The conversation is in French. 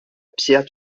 pierre